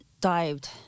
dived